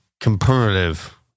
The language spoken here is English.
comparative